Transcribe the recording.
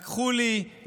לקחו לי,